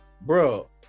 Bro